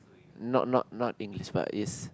not not not English but is